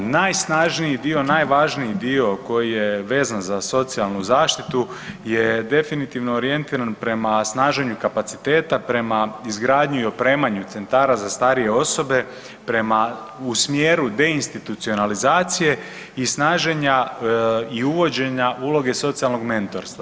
Najsnažniji dio i najvažniji dio koji je vezan za socijalnu zaštitu je definitivno orijentiran prema snaženju kapaciteta prema izgradnji i opremanju centara za starije osobe prema, u smjeru deinstitucionalizacije i snaženja i uvođenja uloga socijalnog mentorstva.